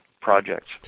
projects